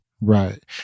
right